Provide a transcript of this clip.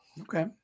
Okay